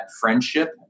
friendship